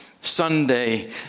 Sunday